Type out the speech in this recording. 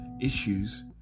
issues